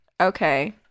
Okay